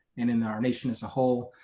and in our nation as a whole.